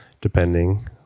depending